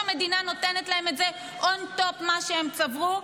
זה לא שהמדינה נותנת להם את זה on top מה שהם צברו,